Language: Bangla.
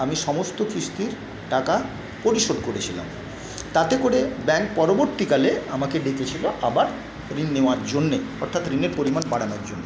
আমি সমস্ত কিস্তির টাকা পরিশোধ করেছিলাম তাতে করে ব্যাঙ্ক পরবর্তীকালে আমাকে ডেকেছিলো আবার ঋণ নেওয়ার জন্যে অর্থাৎ ঋণের পরিমাণ বাড়ানোর জন্যে